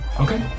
Okay